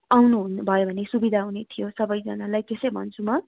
आउनु हुने भयो भने सुविधा हुने थियो सबजनालाई त्यसै भन्छु म